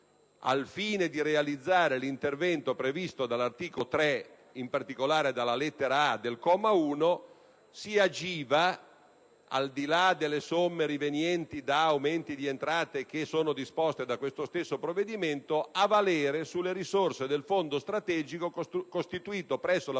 al fine di realizzare l'intervento previsto dall'articolo 3 (in particolare dalla lettera *a)* del comma 1), si agiva, al di là delle somme rivenienti da aumenti di entrate disposte da questo stesso provvedimento, a valere sulle risorse del fondo strategico costituito presso la